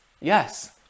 Yes